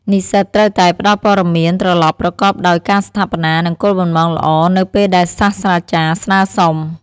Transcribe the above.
និស្សិតត្រូវតែ ផ្ដល់ព័ត៌មានត្រឡប់ប្រកបដោយការស្ថាបនា និងគោលបំណងល្អ នៅពេលដែលសាស្រ្តាចារ្យស្នើសុំ។